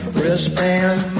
wristband